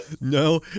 no